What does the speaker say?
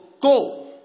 go